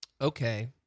Okay